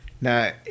Now